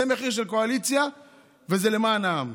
זה מחיר של קואליציה וזה למען העם.